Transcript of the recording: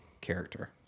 character